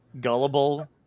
gullible